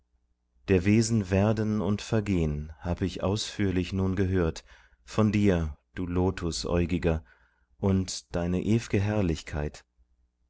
der wesen werden und vergehn hab ich ausführlich nun gehört von dir du lotusäugiger und deine ew'ge herrlichkeit